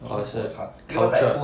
我的是 culture